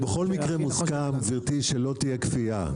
בכל מקרה מוסכם גברתי שלא תהיה כפייה,